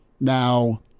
Now